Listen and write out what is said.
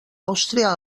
àustria